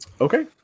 Okay